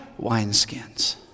wineskins